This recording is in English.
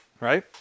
right